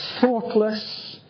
thoughtless